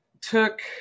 took